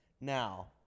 Now